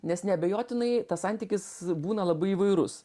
nes neabejotinai tas santykis būna labai įvairus